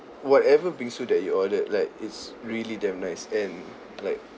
whatever bingsu that you ordered like it's really damn nice and like